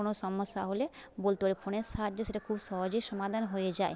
কোনো সমস্যা হলে বলতে পারি ফোনের সাহায্যে সেটা খুব সহজেই সমাধান হয়ে যায়